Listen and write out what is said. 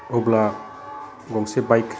अब्ला गंसे बाइक